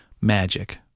magic